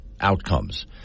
outcomes